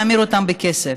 להמיר אותן לכסף.